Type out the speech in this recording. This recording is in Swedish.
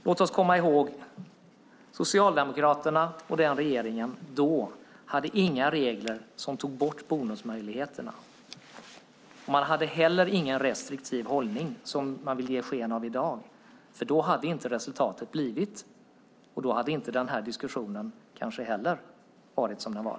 Låt oss komma ihåg att Socialdemokraterna och deras regering då inte hade några regler som tog bort bonusmöjligheterna. Man hade heller ingen restriktiv hållning, vilket man vill ge sken av i dag. Då hade vi varken haft det resultat eller den diskussion vi har i dag.